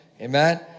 Amen